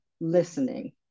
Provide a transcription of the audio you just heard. listening